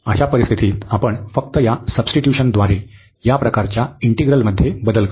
अशा परिस्थितीत आपण फक्त या सब्स्टिट्युशनद्वारे या प्रकारच्या इंटिग्रलमध्ये बदल करू